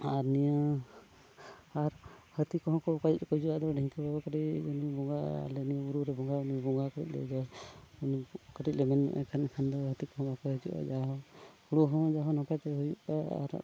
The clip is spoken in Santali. ᱟᱨ ᱱᱤᱭᱟᱹ ᱟᱨ ᱦᱟᱹᱛᱤ ᱠᱚᱦᱚᱸ ᱠᱚ ᱚᱠᱟ ᱠᱷᱚᱡ ᱪᱚᱠᱚ ᱦᱤᱡᱩᱜᱼᱟ ᱰᱷᱮᱝᱠᱟᱹ ᱵᱟᱵᱟ ᱠᱟᱹᱴᱤᱡ ᱵᱚᱸᱜᱟ ᱟᱞᱮ ᱱᱤᱭᱟᱹ ᱵᱩᱨᱩᱨᱮ ᱵᱚᱸᱜᱟ ᱵᱚᱸᱜᱟ ᱠᱷᱟᱡ ᱫᱚ ᱩᱱᱤ ᱠᱟᱹᱴᱤᱡ ᱞᱮ ᱢᱮᱱ ᱧᱚᱜᱟᱭ ᱠᱷᱟᱱ ᱮᱱᱠᱷᱟᱱ ᱫᱚ ᱦᱟᱹᱛᱤ ᱠᱚᱦᱚᱸ ᱵᱟᱠᱚ ᱦᱤᱡᱩᱜᱼᱟ ᱡᱟ ᱦᱚᱸ ᱦᱩᱲᱩ ᱦᱚᱸ ᱡᱟᱦᱚᱸ ᱱᱟᱯᱟᱭᱛᱮ ᱦᱩᱭᱩᱜᱼᱟ ᱟᱨ